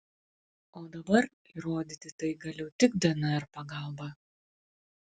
o dabar įrodyti tai galiu tik dnr pagalba